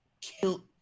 Kill